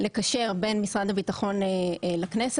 לקשר בין משרד הביטחון לכנסת.